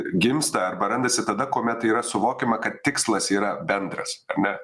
gimsta arba randasi tada kuomet yra suvokiama kad tikslas yra bendras ar ne